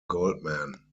goldman